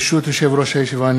ברשות יושב-ראש הישיבה,